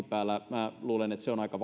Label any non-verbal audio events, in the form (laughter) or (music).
päällä minä luulen että se syöminen on aika (unintelligible)